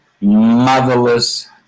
motherless